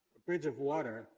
bridge of water.